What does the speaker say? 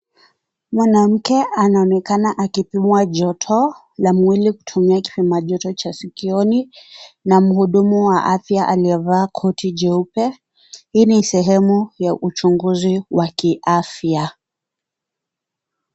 Mwanamke anonekana akipimwa joto ya mwili kutumia kipimajoyo cha sikioni na mhudumu wa afya aliyvaa koti jeupe , hii ni sehemu ya uchunguzi wa kiafya .